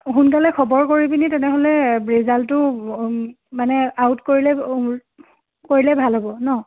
সোনকালে খবৰ কৰি পিনে তেনেহ'লে ৰিজাল্টটো মানে আউট কৰিলে কৰিলে ভাল হ'ব ন